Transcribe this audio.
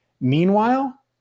Meanwhile